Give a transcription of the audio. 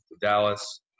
Dallas